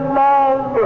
love